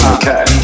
Okay